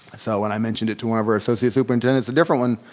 so when i mentioned it to one of our associates superintendents, a different one,